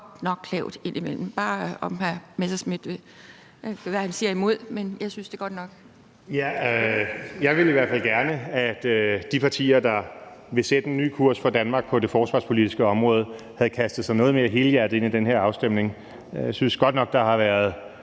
jeg godt nok. Kl. 16:52 Morten Messerschmidt (DF) : Jeg ville i hvert fald gerne, at de partier, der vil sætte en ny kurs for Danmark på det forsvarspolitiske område, havde kastet sig noget mere helhjertet ind i den her afstemning. Jeg synes godt nok, det har taget